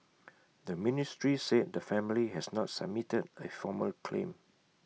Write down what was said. the ministry said the family has not submitted A formal claim